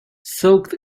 soaked